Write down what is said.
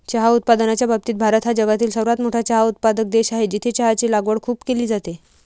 चहा उत्पादनाच्या बाबतीत भारत हा जगातील सर्वात मोठा चहा उत्पादक देश आहे, जिथे चहाची लागवड खूप केली जाते